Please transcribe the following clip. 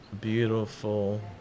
beautiful